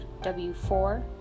W4